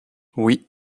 oui